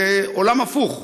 זה עולם הפוך.